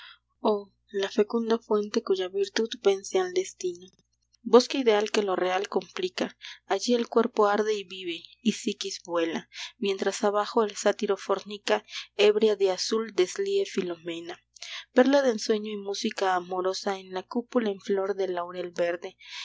oh la fecunda fuente cuya virtud vence al destino bosque ideal que lo real complica allí el cuerpo arde y vive y psiquis vuela mientras abajo el sátiro fornica ebria de azul deslíe filomela perla de ensueño y música amorosa en la cúpula en flor del laurel verde